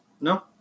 No